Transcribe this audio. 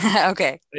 okay